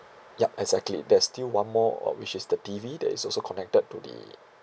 yup exactly there's still one more uh which is the T_V that is also connected to the